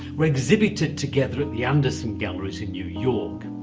were exhibited together at the anderson galleries in new york.